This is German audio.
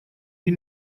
die